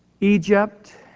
Egypt